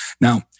Now